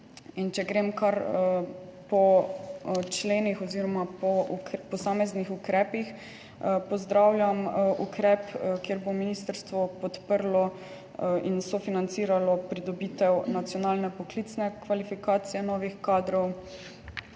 Če grem kar po členih oziroma po posameznih ukrepih. Pozdravljam ukrep, kjer bo ministrstvo podprlo in sofinanciralo pridobitev nacionalne poklicne kvalifikacije novih kadrov.